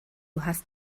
hast